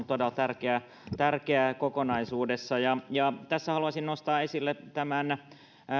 todella tärkeää kokonaisuudessa tässä haluaisin nostaa esille tämän